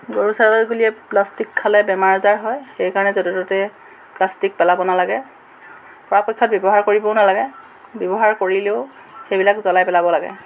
গৰু ছাগলীয়ে প্লাষ্টিক খালে বেমাৰ আজাৰ হয় সেইকাৰণে য'তে ত'তে প্লাষ্টিক পেলাব নালাগে পৰাপক্ষত ব্য়ৱহাৰ কৰিবও নালাগে ব্য়ৱহাৰ কৰিলেও সেইবিলাক জ্বলাই পেলাব লাগে